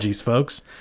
folks